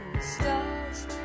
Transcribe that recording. stars